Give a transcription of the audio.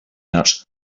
out